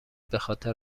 بخاطر